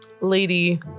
lady